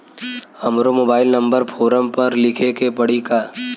हमरो mobile number form पर लिखे के पड़ी का?